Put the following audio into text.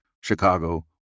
Chicago